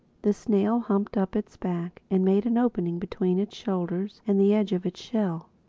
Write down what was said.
the snail humped up its back and made an opening between its shoulders and the edge of its shell.